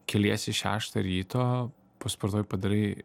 keliesi šeštą ryto pasportuoji padarai